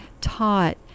taught